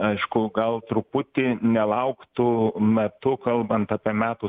aišku gal truputį nelauktu metu kalbant apie metų